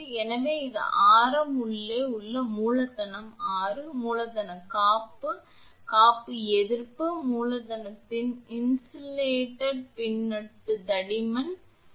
எனவே இது ஆரம் உள்ளே உள்ள மூலதனம் R மூலதன R காப்பு எதிர்ப்பு dR d மூலதன R இன் என்பது இன்சுலேக்ஸ் பின்னொட்டு radi தடிமன் x இன் ஆரம் x